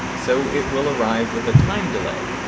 so it will arrive with a time delay.